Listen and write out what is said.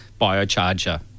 biocharger